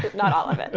not all of it and